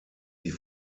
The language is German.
die